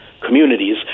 communities